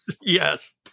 Yes